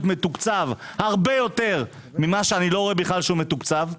מתוקצב הרבה יותר ממה שאני לא רואה שבכל מתוקצב,